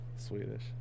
swedish